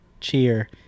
cheer